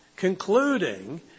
concluding